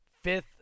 fifth